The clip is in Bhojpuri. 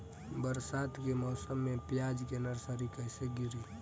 बरसात के मौसम में प्याज के नर्सरी कैसे गिरी?